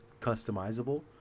customizable